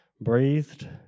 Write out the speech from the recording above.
breathed